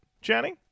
jenny